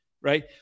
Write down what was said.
right